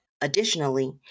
Additionally